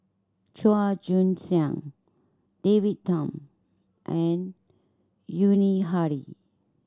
Chua Joon Siang David Tham and Yuni Hadi